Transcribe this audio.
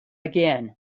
again